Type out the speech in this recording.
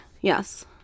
yes